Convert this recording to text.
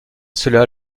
cela